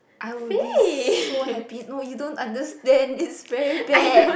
I will be so happy no you don't understand it's very bad